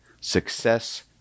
success